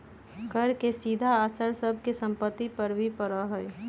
कर के सीधा असर सब के सम्पत्ति पर भी पड़ा हई